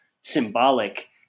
symbolic